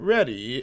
Ready